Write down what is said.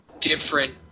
different